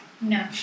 No